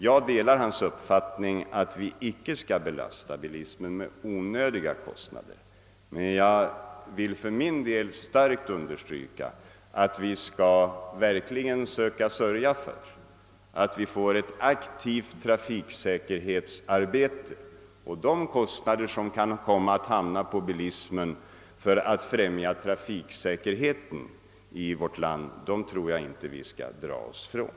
Jag delar hans uppfattning att vi icke skall belasta bilismen med onödiga kostnader, men jag vill starkt understryka att vi verkligen skall söka sörja för att vi får ett aktivt trafiksäkerhetsarbete. De kostnader för att främja trafiksäkerheten i vårt land som kan komma att hamna på bilismen tror jag inte vi skall dra oss från.